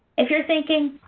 if you're thinking,